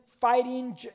fighting